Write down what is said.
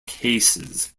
cases